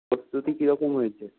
প্রস্তুতি কিরকম হয়েছে